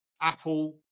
Apple